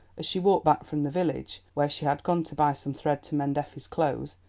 as she walked back from the village, where she had gone to buy some thread to mend effie's clothes,